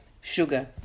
sugar